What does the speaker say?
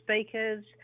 speakers